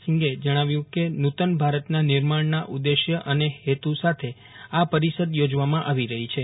સિંઘે જજ્ઞાવ્યું કે નૂતન ભારતના નિર્માજ્ઞના ઉદ્દેશ્ય અને હેતુ સાથે આ પરિષદ યોજવામાં આવી રહી છે